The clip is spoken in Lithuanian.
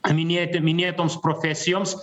paminėti minėtoms profesijoms